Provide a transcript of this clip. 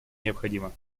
необходима